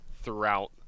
throughout